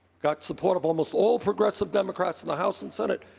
got support of almost all progressive democrats in the house and senate,